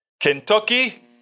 Kentucky